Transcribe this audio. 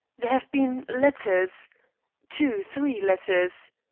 there have been letters two, three letters.